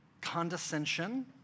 condescension